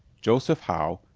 joseph howe,